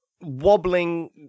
wobbling